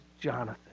Jonathan